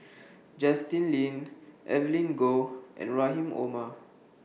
Justin Lean Evelyn Goh and Rahim Omar